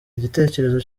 igitekerezo